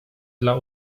dla